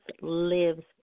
lives